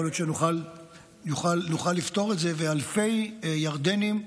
יכול להיות שנוכל לפתור את זה, ואלפי ירדנים,